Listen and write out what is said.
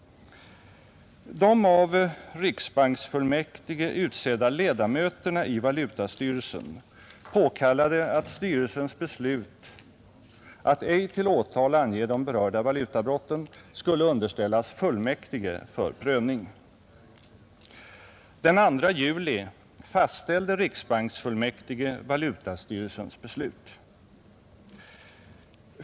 De av riksbanksfullmäktige utsedda ledamöterna i valutastyrelsen påkallade att styrelsens beslut att ej till åtal ange de berörda valutabrotten skulle underställas fullmäktige för prövning. Den 2 juli fastställde riksbanksfullmäktige valutastyrelsens beslut.